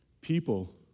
People